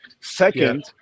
Second